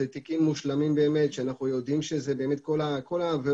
אלה תיקים מושלמים שאנחנו יודעים שכל העבירות